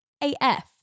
AF